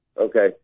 Okay